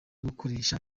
gukoresha